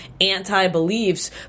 anti-beliefs